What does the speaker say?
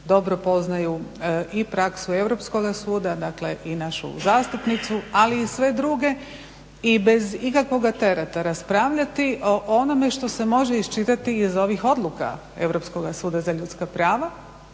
dobro poznaju i praksu Europskoga suda i našu zastupnicu ali i sve druge i bez ikakvog tereta raspravljati o onome što se može iščitati iz ovih odluka Europskog suda za ljudska prava